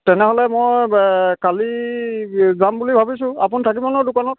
তেনেহ'লে মই কালি যাম বুলি ভাবিছোঁ আপুনি থাকিব ন দোকানত